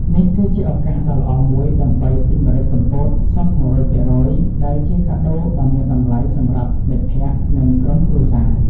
នេះគឺជាឱកាសដ៏ល្អមួយដើម្បីទិញម្រេចកំពតសុទ្ធ ១០០% ដែលជាកាដូដ៏មានតម្លៃសម្រាប់មិត្តភក្តិ និងក្រុមគ្រួសារ ។